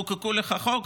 חוקקו לך חוק,